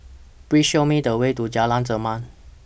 Please Show Me The Way to Jalan Zamrud